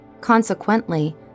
Consequently